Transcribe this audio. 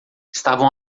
estavam